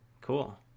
cool